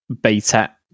beta